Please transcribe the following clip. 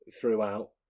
throughout